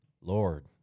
Lord